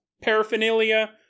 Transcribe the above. paraphernalia